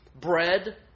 bread